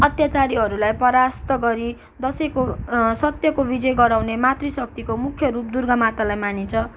अत्यचारीहरूलाई परास्त गरी दसैँको सत्यको विजय गराउने मातृ शक्तिको मुख्य रूप दुर्गा मातालाई मानिन्छ